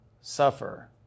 suffer